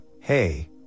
hey